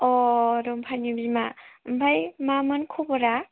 अ रम्भानि बिमा ओमफ्राय मामोन खबरा